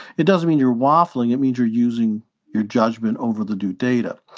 it doesn't mean you're waffling. it means you're using your judgment over the new data.